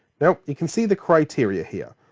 now you can see the criteria here.